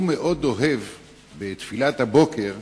הוא אוהב מאוד בתפילת הבוקר,